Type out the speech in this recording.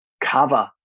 cover